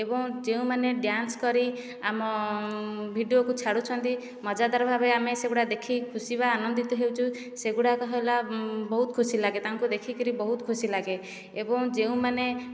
ଏବଂ ଯେଉଁମାନେ ଡ୍ୟାନ୍ସ କରି ଆମ ଭିଡ଼ିଓକୁ ଛାଡ଼ୁଛନ୍ତି ମଜାଦାର ଭାବେ ଆମେ ସେଗୁଡ଼ାକ ଦେଖି ଖୁସି ବା ଆନନ୍ଦିତ ହେଉଛୁ ସେଗୁଡ଼ାକ ହେଲା ବହୁତ ଖୁସିଲାଗେ ତାଙ୍କୁ ଦେଖିକରି ବହୁତ ଖୁସିଲାଗେ ଏବଂ ଯେଉଁମାନେ